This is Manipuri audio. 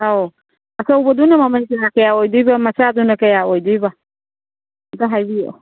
ꯑꯧ ꯑꯆꯧꯕꯗꯨꯅ ꯃꯃꯜ ꯀꯌꯥ ꯀꯌꯥ ꯑꯣꯏꯗꯣꯏꯕ ꯃꯆꯥꯗꯨꯅ ꯀꯌꯥ ꯑꯣꯏꯗꯣꯏꯕ ꯑꯝꯇ ꯍꯥꯏꯕꯤꯎꯑꯣ